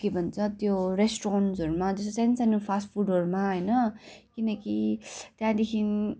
के भन्छ त्यो रेस्टुरेन्टहरूमा त्यस्तो सानो सानो फास्ट फुडहरूमा होइन किनकि त्यहाँदेखि